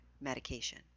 medication